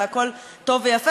והכול טוב ויפה,